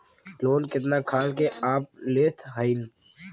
Loan कितना खाल के आप लेत हईन?